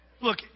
look